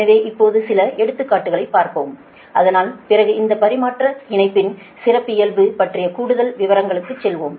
எனவே இப்போது சில எடுத்துக்காட்டுகளைப் பார்ப்போம் அதன் பிறகு இந்த பரிமாற்றக் இணைப்பின் சிறப்பியல்பு பற்றிய கூடுதல் விவரங்களுக்குச் செல்வோம்